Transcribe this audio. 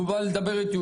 הוא בא לדבר איתי,